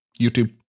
YouTube